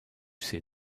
ces